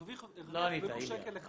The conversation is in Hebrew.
הרוויח ולו שקל אחד.